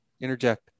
Interject